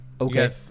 Okay